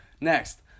Next